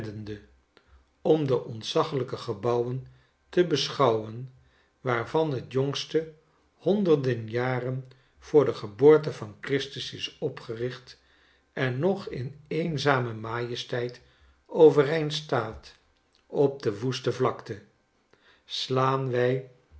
om de ontzaglijke gebouwen te beschouwen waar van het jongste honderden jar en voor de geboorte van christus is opgericht en nog in eenzame majesteit overeind staat op de woeste vlakte slaan wij